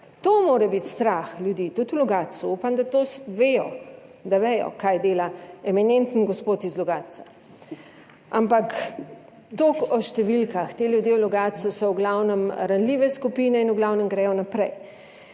To mora biti strah ljudi, tudi v Logatcu. Upam, da to vejo, da vedo, kaj dela eminenten gospod iz Logatca. Ampak toliko o številkah. Ti ljudje v Logatcu so v glavnem ranljive skupine in v glavnem